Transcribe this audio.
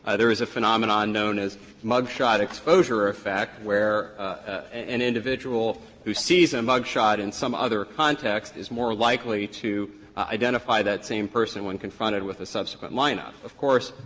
is a phenomenon known as mug shot exposure effect, where an individual who sees a mug shot in some other context is more likely to identify that same person when confronted with a subsequent line-up. of course,